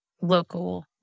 local